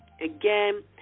again